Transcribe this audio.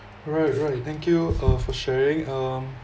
right right thank you uh for sharing um